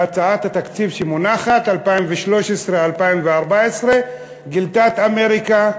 והצעת התקציב שמונחת, 2013 2014, גילתה את אמריקה,